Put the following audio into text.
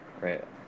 right